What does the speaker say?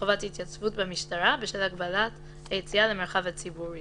התייצבות במשטרה בשל הגבלת היציאה למרחב הציבורי